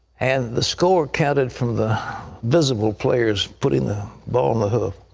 and the score counted from the visible players putting the ball in the hoop,